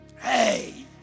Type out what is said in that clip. Hey